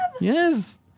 Yes